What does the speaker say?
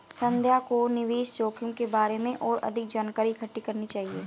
संध्या को निवेश जोखिम के बारे में और अधिक जानकारी इकट्ठी करनी चाहिए